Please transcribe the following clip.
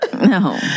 No